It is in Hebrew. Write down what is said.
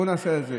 בואו נעשה את זה.